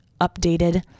updated